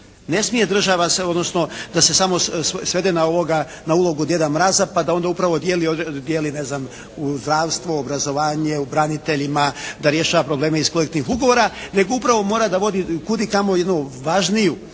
Ne smije država, odnosno da se samo svede ovoga, na ulogu djeda Mraza pa da onda upravo dijeli ne znam uz zdravstvo, obrazovanje, u braniteljima, da rješava probleme iz kolektivnih ugovora nego upravo mora da vodi kud i kamo jednu važniju